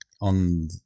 on